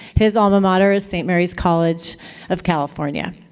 his alma mater is st. mary's college of california.